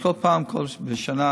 יש עוד, זה ועוד כל מיני דברים שעשינו.